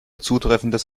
zutreffendes